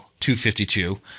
252